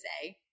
say